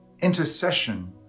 intercession